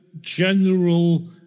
general